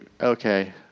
okay